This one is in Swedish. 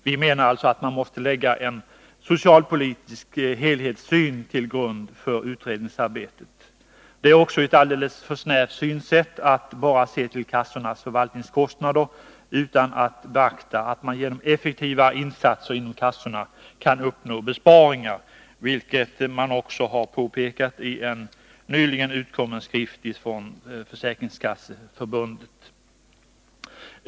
Vi menar alltså att man måste lägga en socialpolitisk helhetssyn till grund för utredningsar | Det är också ett alldeles för snävt synsätt att bara se till kassornas förvaltningskostnader utan att beakta att man genom effektivare insatser inom kassorna kan uppnå besparingar — vilket också har påpekats i en nyligen utkommen skrift från Försäkringskasseförbundet.